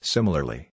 Similarly